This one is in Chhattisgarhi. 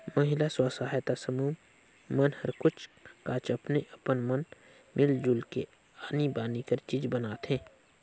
महिला स्व सहायता समूह मन हर कुछ काछ अपने अपन मन मिल जुल के आनी बानी कर चीज बनाथे